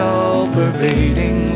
all-pervading